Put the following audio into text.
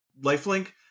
lifelink